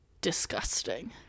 disgusting